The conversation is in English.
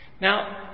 Now